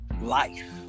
life